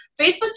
Facebook